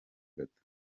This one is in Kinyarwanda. gato